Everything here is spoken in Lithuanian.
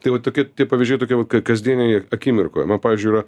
tai va tokie pavyzdžiai tokie va ka kasdieniai ir akimirkoj man pavyzdžiui yra